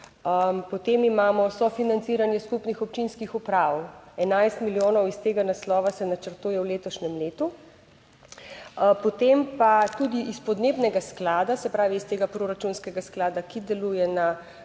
Potem imamo sofinanciranje skupnih občinskih uprav, 11 milijonov iz tega naslova se načrtuje v letošnjem letu. Potem pa tudi iz podnebnega sklada, se pravi, iz tega proračunskega sklada, ki deluje,